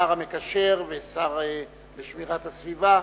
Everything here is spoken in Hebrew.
השר המקשר והשר לשמירת הסביבה,